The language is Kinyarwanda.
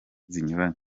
zinyuranye